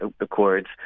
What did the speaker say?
Accords